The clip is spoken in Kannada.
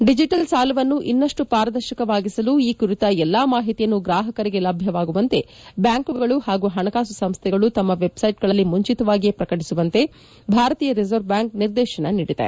ಡಿಜಿಟಲ್ ಸಾಲವನ್ನು ಇನ್ನಷ್ಟು ಪಾರದರ್ಶಕವಾಗಿಸಲು ಈ ಕುರಿತ ಎಲ್ಲಾ ಮಾಹಿತಿಯನ್ನು ಗ್ರಾಹಕರಿಗೆ ಲಭ್ಯವಾಗುವಂತೆ ಬ್ಯಾಂಕುಗಳು ಹಾಗೂ ಹಣಕಾಸು ಸಂಸ್ಥೆಗಳು ತಮ್ಮ ವೆಬ್ಸೈಟ್ಗಳಲ್ಲಿ ಮುಂಚಿತವಾಗಿಯೇ ಪ್ರಕಟಿಸುವಂತೆ ಭಾರತೀಯ ರಿಸರ್ವ್ ಬ್ಯಾಂಕ್ ನಿರ್ದೇಶನ ನೀಡಿದೆ